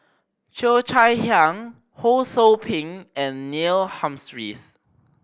Cheo Chai Hiang Ho Sou Ping and Neil Humphreys